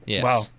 Wow